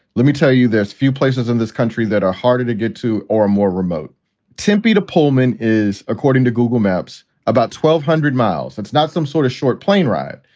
let me tell you, there's few places in this country that are harder to get to or more remote tempe to. pohlman is, according to google maps, about twelve hundred miles. that's not some sort of short plane ride.